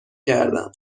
کردم